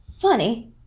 Funny